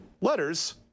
Letters